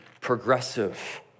progressive